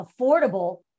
affordable